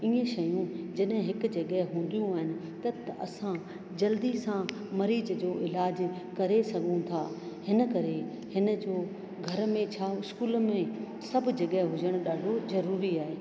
ईअं शयूं जॾहिं हिकु जॻहि हूंदियूं आहिनि त असां जल्दी सां मरीज जो इलाज करे सघूं था हिन करे हिन जो घर में छा स्कूल में सभु जॻह हुजणु ॾाढो ज़रूरी आहे